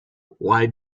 why